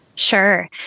Sure